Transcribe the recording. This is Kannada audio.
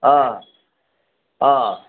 ಆಂ ಹಾಂ